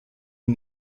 ihn